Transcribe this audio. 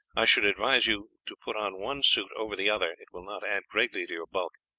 i should advise you to put on one suit over the other, it will not add greatly to your bulk.